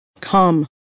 Come